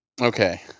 Okay